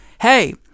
hey